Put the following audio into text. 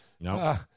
No